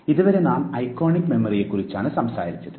ഇതുവരെ നാം ഐക്കോണിക് മെമ്മറിയെക്കുറിച്ചാണ് സംസാരിച്ചത്